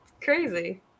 crazy